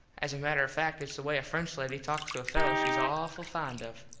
as a matter of fact its the way a french lady talks to a fello shes awful fond of.